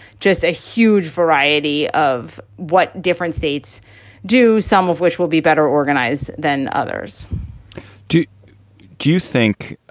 just a huge variety of what different states do, some of which will be better organized than others do do you think